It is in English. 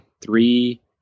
three